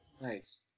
Nice